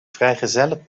vrijgezellen